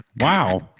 Wow